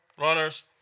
Runners